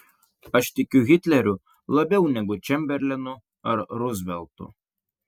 aš tikiu hitleriu labiau negu čemberlenu ar ruzveltu